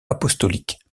apostolique